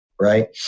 right